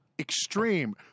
extreme